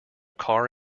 car